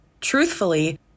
Truthfully